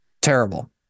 terrible